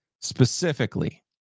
Specifically